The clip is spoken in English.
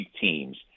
teams